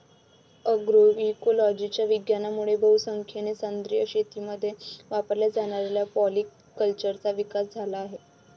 अग्रोइकोलॉजीच्या विज्ञानामुळे बहुसंख्येने सेंद्रिय शेतीमध्ये वापरल्या जाणाऱ्या पॉलीकल्चरचा विकास झाला आहे